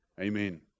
Amen